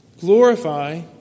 Glorify